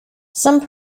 some